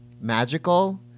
magical